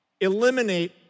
Eliminate